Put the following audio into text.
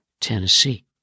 Tennessee